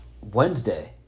Wednesday